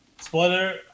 spoiler